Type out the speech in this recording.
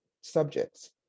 subjects